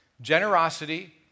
generosity